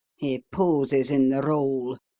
he poses in the role.